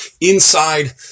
inside